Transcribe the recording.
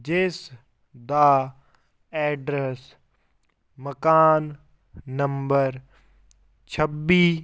ਜਿਸ ਦਾ ਐਡਰੈਸ ਮਕਾਨ ਨੰਬਰ ਛੱਬੀ